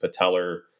patellar